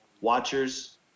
watchers